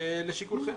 לשיקולכם.